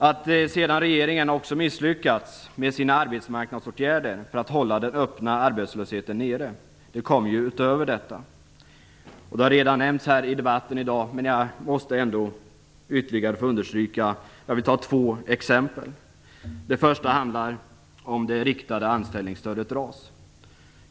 Att regeringen sedan också misslyckats med sina arbetsmarknadsåtgärder för att hålla den öppna arbetslösheten nere kommer utöver detta. Det har redan nämnts här i debatten i dag, men jag måste ändå ytterligare få understryka det. Jag vill ta upp två exempel. Det första handlar om det riktade anställningsstödet RAS.